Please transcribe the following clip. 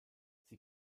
sie